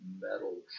metal